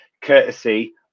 courtesy